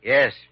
Yes